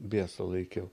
bieso laikiau